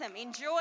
Enjoy